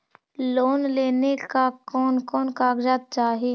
Loan लेने ला कोन कोन कागजात चाही?